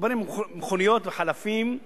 מדובר במכוניות וחלפים,